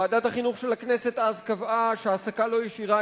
ועדת החינוך של הכנסת אז קבעה שהעסקה לא ישירה